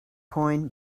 coin